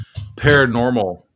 paranormal